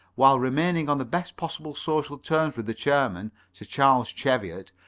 while remaining on the best possible social terms with the chairman, sir charles cheviot,